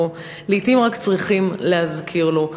לעתים רק צריכים להזכיר לו.